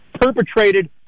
perpetrated